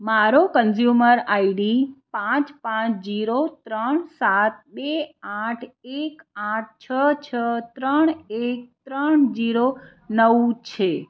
મારો consumer ID પાંચ પાંચ જીરો ત્રણ સાત બે આઠ એક આઠ છ છ ત્રણ એક ત્રણ જીરો નવ છે